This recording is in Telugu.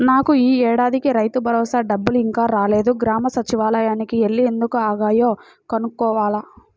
నాకు యీ ఏడాదికి రైతుభరోసా డబ్బులు ఇంకా రాలేదు, గ్రామ సచ్చివాలయానికి యెల్లి ఎందుకు ఆగాయో కనుక్కోవాల